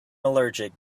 allergic